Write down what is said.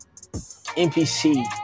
NPC